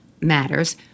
matters